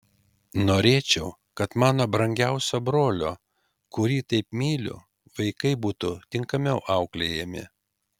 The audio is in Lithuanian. norėčiau kad mano brangiausio brolio kurį taip myliu vaikai būtų tinkamiau auklėjami